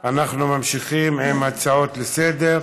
אנחנו ממשיכים בהצעות לסדר-היום,